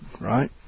right